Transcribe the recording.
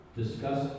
discuss